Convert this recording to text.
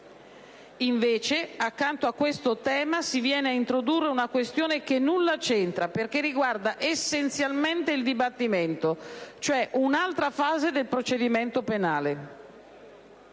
Invece, accanto a questo tema, si viene ad introdurre una questione che nulla c'entra, perché riguarda essenzialmente il dibattimento, cioè un'altra fase del procedimento penale.